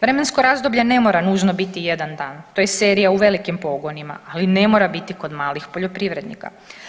Vremensko razdoblje ne mora nužno biti jedan dan, to je serija u velikim pogonima, ali ne mora biti kod malih poljoprivrednika.